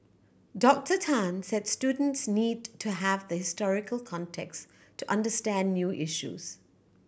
Doctor Tan said students need to have the historical context to understand new issues